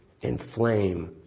inflame